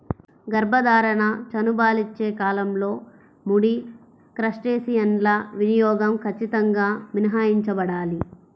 గర్భధారణ, చనుబాలిచ్చే కాలంలో ముడి క్రస్టేసియన్ల వినియోగం ఖచ్చితంగా మినహాయించబడాలి